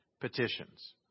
petitions